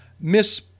Miss